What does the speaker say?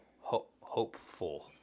Hopeful